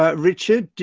but richard,